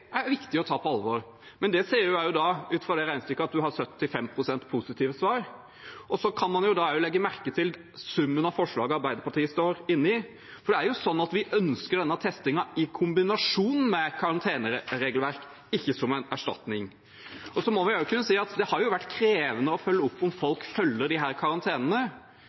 er viktig å ta på alvor. Men det tilsier jo også at man ut fra det regnestykket får 75 pst. positive svar. Man kan legge merke til summen av forslagene Arbeiderpartiet står inne i, for vi ønsker denne testingen i kombinasjon med et karanteneregelverk, ikke som en erstatning. Vi må også kunne si at det har vært krevende å følge opp om folk følger